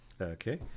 Okay